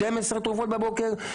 12 תרופות בבוקר,